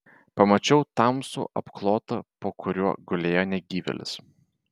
pamačiau tamsų apklotą po kuriuo gulėjo negyvėlis